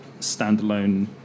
standalone